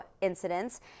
incidents